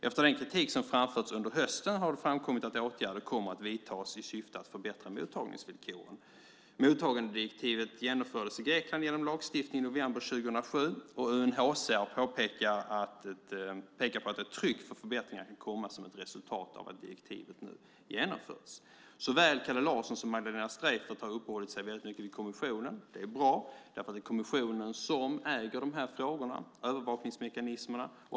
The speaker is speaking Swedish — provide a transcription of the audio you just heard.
Efter den kritik som framförts under hösten har det framkommit att åtgärder kommer att vidtas i syfte att förbättra mottagningsvillkoren. Mottagandedirektivet genomfördes i Grekland genom lagstiftning i november 2007. UNHCR pekar på att ett tryck för förbättringar kan komma som ett resultat av att direktivet nu genomförts. Såväl Kalle Larsson som Magdalena Streijffert har uppehållit sig väldigt mycket vid kommissionen. Det är bra. Det är kommissionen som äger de här frågorna och övervakningsmekanismerna.